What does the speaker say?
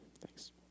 Thanks